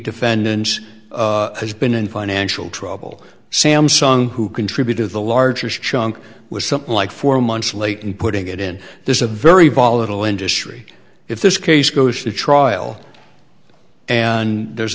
defendants has been in financial trouble samsung who contributed the largest chunk was something like four months late and putting it in this is a very volatile industry if this case goes to trial and there's